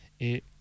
et